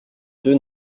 deux